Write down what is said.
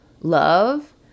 love